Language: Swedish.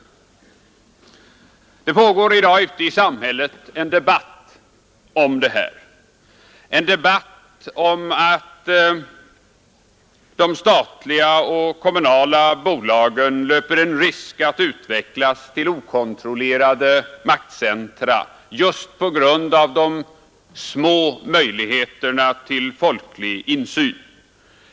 Det pågår i dag ute i samhället en debatt om det här, en debatt om att de statliga och kommunala bolagen löper en risk att utvecklas till okontrollerade maktcentra just på grund av de små möjligheterna till folklig insyn.